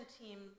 team